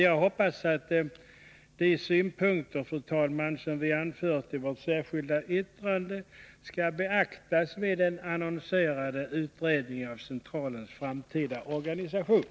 Jag hoppas, fru talman, att de synpunkter som vi har anfört i vårt särskilda yttrande skall beaktas vid den annonserade utredningen av centralens framtida organisation.